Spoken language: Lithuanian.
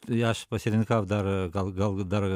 tai aš pasirinkau dar gal gal dar